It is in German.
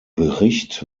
bericht